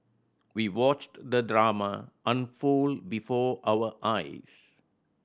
we watched the drama unfold before our eyes